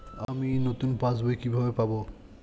আমি নতুন পাস বই কিভাবে পাব?